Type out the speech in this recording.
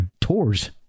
tours